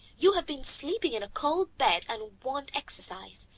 you have been sleeping in a cold bed and want exercise.